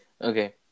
Okay